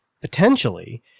potentially